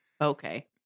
Okay